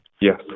Yes